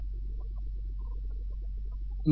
यह क्या है